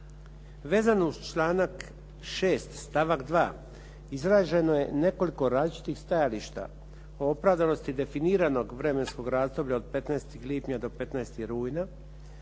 Vezano uz članak 6. stavak 2. izraženo je nekoliko različitih stajališta o opravdanosti definiranog vremenskog razdoblja od 15. lipnja do 15. rujna